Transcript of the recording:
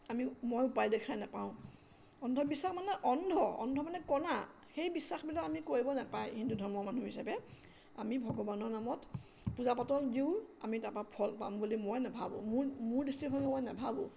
আমি মই উপায় দেখাই নাপাওঁ অন্ধবিশ্বাস মানে অন্ধ অন্ধ মানে কণা সেই বিশ্বাসবিলাক আমি কৰিব নেপায় হিন্দু ধৰ্মৰ মানুহ হিচাপে আমি ভগৱানৰ নামত পূজা পাতল দিওঁ আমি তাৰপৰা ফল পাম বুলি মই নেভাবোঁ মোৰ মোৰ দৃষ্টিভংগীত মই নেভাবোঁ